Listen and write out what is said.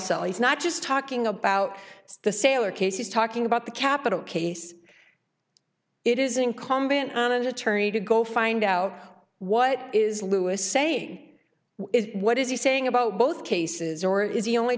cell he's not just talking about the sailor case he's talking about the capital case it is incumbent on attorney to go find out what is louis saying what is he saying about both cases or is he only